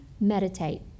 meditate